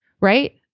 right